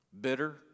bitter